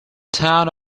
town